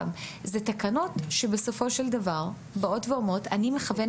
אלה תקנות שבסופו של דבר באות ואומרות: אנחנו מכוונים